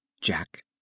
Jack